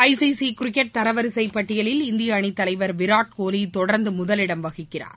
ஐ C C cricket தரவரிகை பட்டியலில் இந்திய அணித்தலைவர் விராட்கோலி தொடர்ந்து முதலிடம் வகிக்கிறார்